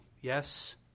yes